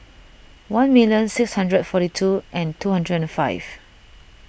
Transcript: one million six hundred forty two and two hundred and five